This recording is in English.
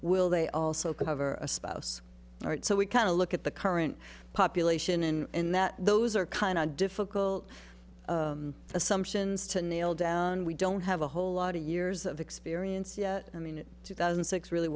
will they also cover a spouse so we kind of look at the current population and that those are kind of difficult assumptions to nail down we don't have a whole lot of years of experience yet i mean two thousand and six really